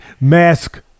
Mask